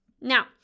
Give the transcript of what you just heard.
Now